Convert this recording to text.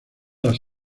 las